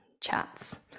chats